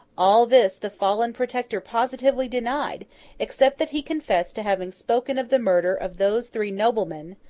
all this the fallen protector positively denied except that he confessed to having spoken of the murder of those three noblemen,